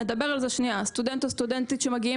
נדבר על זה שנייה: סטודנט או סטודנטית שמגיעים